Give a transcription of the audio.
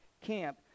camp